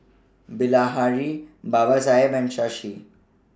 Bilahari Babasaheb and Shashi